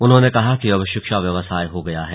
उन्होंने कहा कि अब शिक्षा व्यवसाय हो गया है